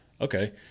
Okay